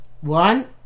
One